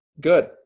Good